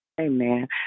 Amen